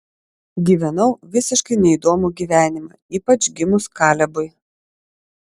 gyvenau visiškai neįdomų gyvenimą ypač gimus kalebui